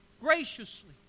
graciously